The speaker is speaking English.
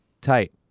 tight